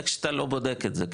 איך שאתה לא בודק את זה.